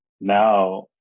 Now